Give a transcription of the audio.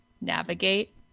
navigate